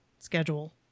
schedule